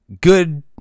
good